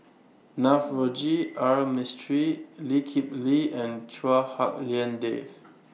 Navroji R Mistri Lee Kip Lee and Chua Hak Lien Dave